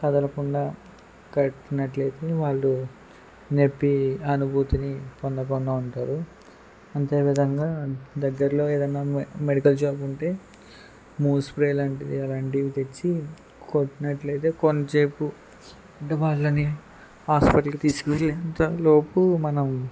కదలకుండా కట్టినట్లయితే వాళ్ళు నొప్పి అనుభూతిని పొందకుండా ఉంటారు అంతే విధంగా దగ్గర్లో ఏదైనా మెడికల్ షాప్ ఉంటే మూవ్ స్ప్రే ఇలాంటివి అలాంటివి తెచ్చి కొట్టినట్లయితే కొంసేపు అంటే వాళ్ళని హాస్పిటల్కి తీసుకువెళ్లే అంత లోపు మనం